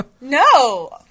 No